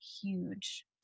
huge